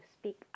speak